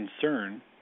concern